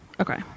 Okay